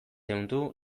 ehundu